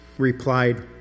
Replied